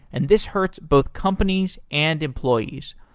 and this hurts both companies and employees.